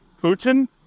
Putin